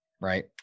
right